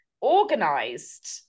organized